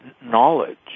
knowledge